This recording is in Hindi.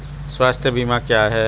स्वास्थ्य बीमा क्या है?